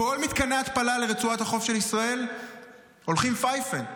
כל מתקני ההתפלה על רצועת החוף של ישראל הולכים פייפן.